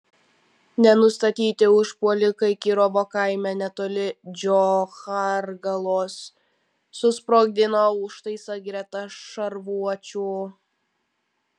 nenustatyti užpuolikai kirovo kaime netoli džochargalos susprogdino užtaisą greta šarvuočio